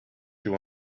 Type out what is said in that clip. you